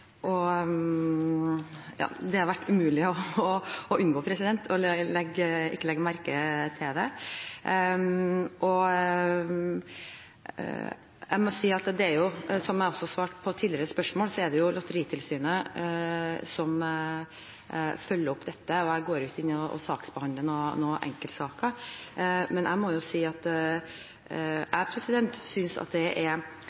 og godt om ministeren synest dette er ein grei praksis? Jeg har jo merket meg at det har vært oppslag i pressen – det har vært umulig å unngå å legge merke til det. Som jeg også svarte på et tidligere spørsmål, er det Lotteritilsynet som følger opp dette. Jeg går ikke inn og saksbehandler enkeltsaker, men jeg synes det er